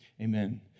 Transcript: amen